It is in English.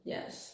Yes